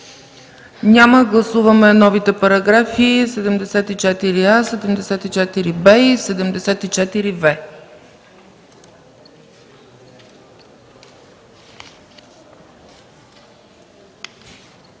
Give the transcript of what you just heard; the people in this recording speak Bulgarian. Няма. Гласуваме новите параграфи 74а, 74б и 74в.